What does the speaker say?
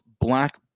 black